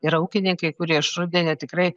yra ūkininkai kurie iš rudenio tikrai